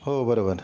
हो बरोबर